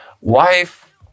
wife